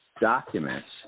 documents